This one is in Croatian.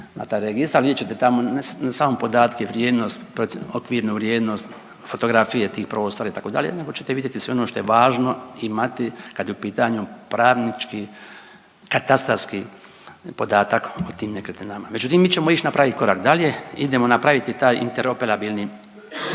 na taj registar, vidjet ćete tamo ne samo podatke, vrijednost, procjenu, okvirnu vrijednost, fotografije tih prostora, itd., nego ćete vidjeti sve ono što je važno imati kad je u pitanju pravnički katastarski podatak o tim nekretninama. Međutim, mi ćemo ići napraviti korak dalje, idemo napraviti taj interoperabilni